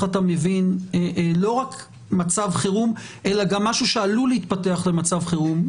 אתה מבין לא רק מצב חירום אלא גם משהו שעלול להתפתח למצב חירום,